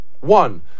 One